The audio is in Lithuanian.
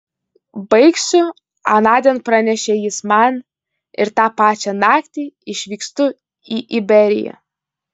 baigsiu anądien pranešė jis man ir tą pačią naktį išvykstu į iberiją